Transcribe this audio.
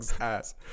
ass